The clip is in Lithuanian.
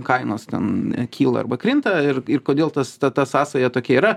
kainos ten kyla arba krinta ir ir kodėl tas ta ta sąsaja tokia yra